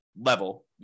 level